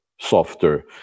softer